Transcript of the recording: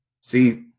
See